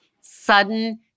sudden